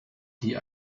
die